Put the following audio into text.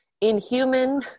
inhuman